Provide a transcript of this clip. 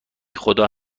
خدا